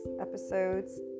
Episodes